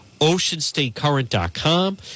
OceanStateCurrent.com